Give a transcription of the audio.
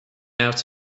out